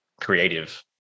creative